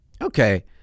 okay